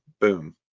boom